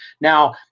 Now